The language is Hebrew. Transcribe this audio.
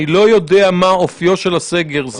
אני לא יודע מה אופיו של הסגר.